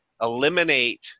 eliminate